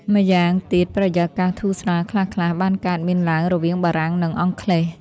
ម្យ៉ាង ទៀតបរិយាកាសធូរស្រាល ខ្លះៗ បានកើតមានឡើងរវាងបារាំង និងអង់គ្លេស។